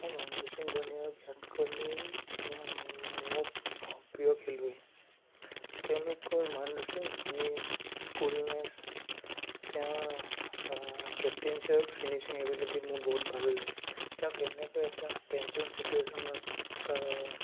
মোৰ মহেন্দ্ৰ সিং ধোনী আৰু বিৰাট কোহলিৰ ইমান মোৰ ভা প্ৰিয় খেলুৱৈ তেওঁলোকৰ মহেন্দ্ৰ সিং ধোনীৰ কুলনেছ তেওঁৰ কেপটেনশ্বিপৰ ফিনিছিং এবিলিটি মোৰ বহুত ভাল লাগে তেওঁ কেনেকৈ এটা টেনশ্যন ছিটুৱেশ্যনত